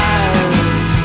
eyes